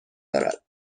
دارد